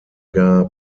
gar